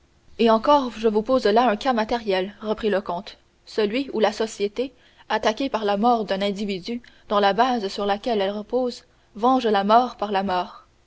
et encore je vous pose là un cas matériel reprit le comte celui où la société attaquée par la mort d'un individu dans la base sur laquelle elle repose venge la mort par la mort